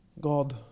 God